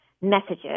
messages